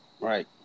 right